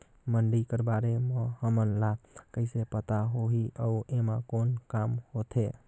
मंडी कर बारे म हमन ला कइसे पता होही अउ एमा कौन काम होथे?